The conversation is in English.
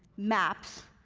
maps,